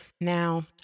Now